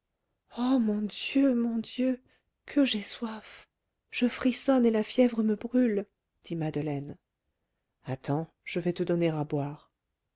oh mon dieu mon dieu que j'ai soif je frissonne et la fièvre me brûle dit madeleine attends je vais te donner à boire